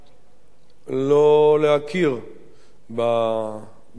לא להכיר בבעיה הזאת,